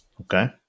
Okay